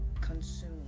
Consume